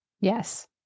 Yes